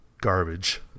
Garbage